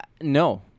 No